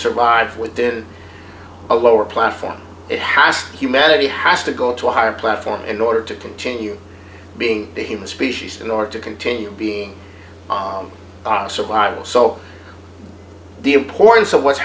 survive within a lower platform it has to humanity has to go to a higher platform in order to continue being the human species in order to continue being survival so the importance of what's